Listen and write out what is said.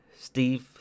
Steve